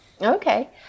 Okay